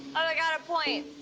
oh my god a point!